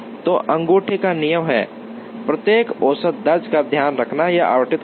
तो अंगूठे का नियम है प्रत्येक औसत दर्जे का ध्यान रखना या आवंटित करना